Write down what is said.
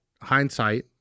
hindsight